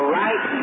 right